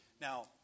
Now